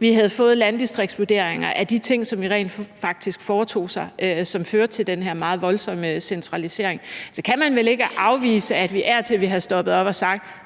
vi havde fået landdistriktsvurderinger af de ting, som vi rent faktisk foretog os, og som førte til den her meget voldsomme centralisering, kan man vel ikke afvise, at vi af og til ville have stoppet op og sagt: